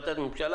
את קווי